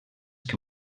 que